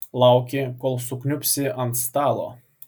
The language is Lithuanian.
lauki kol sukniubsi ant stalo